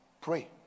pray